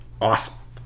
Awesome